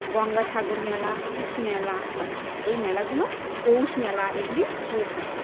গঙ্গাসাগর মেলা কৃষি মেলা এই মেলাগুলো পৌষ মেলা এগুলি হয়ে থাকে